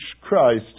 Christ